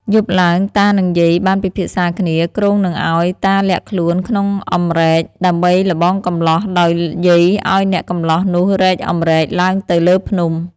យប់ឡើង តានិងយាយបានពិភាក្សាគ្នា គ្រោងនឹងឱ្យតាលាក់ខ្លួនក្នុងអំរែក ដើម្បីល្បងកម្លោះ ដោយយាយឱ្យអ្នកកម្លោះនោះរែកអំរែកឡើងទៅលើភ្នំ។